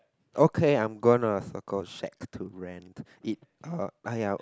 okay I'm gone to circle shack to rent it uh !aiya!